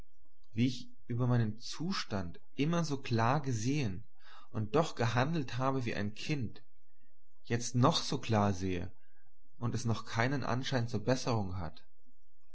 wie ich über meinen zustand immer so klar gesehen und doch gehandelt habe wie ein kind jetzt noch so klar sehe und es noch keinen anschein zur besserung hat